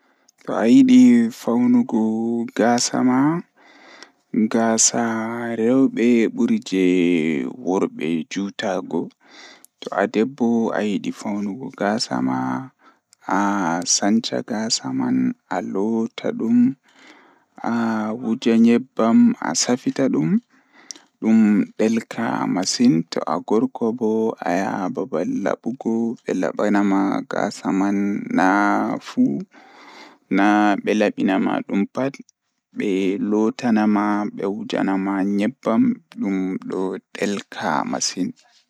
Jokkondir hair ngal e sabu so tawii njiddaade style. Waawataa waɗtude hair ngal ngam holla toowde kaŋko, miɗo hokkondir gel walla mousse ngam fittaade. Jokkondir balɗe e sabu ko ɓuri sabu nguurndam ngal. Nde njiddaade hair ngal ngam sabu ko waawataa njiddaade style.